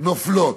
נופלות.